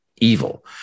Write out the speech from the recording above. evil